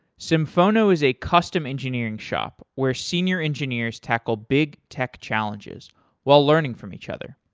symphono is a custom engineering shop where senior engineers tackle big tech challenges while learning from each other.